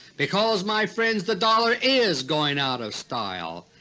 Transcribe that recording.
because, my friends, the dollar is going out of style.